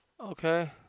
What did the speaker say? Okay